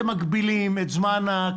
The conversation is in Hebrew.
את הזמן לשנתיים,